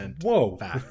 Whoa